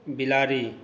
बिलाड़ि